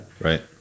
Right